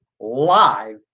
live